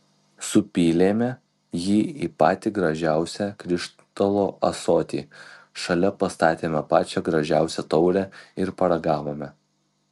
supylėme jį į patį gražiausią krištolo ąsotį šalia pastatėme pačią gražiausią taurę ir paragavome